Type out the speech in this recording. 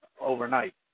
overnight